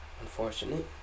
Unfortunately